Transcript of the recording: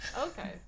Okay